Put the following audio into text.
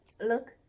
Look